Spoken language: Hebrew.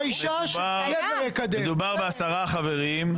מדובר בעשרה חברים.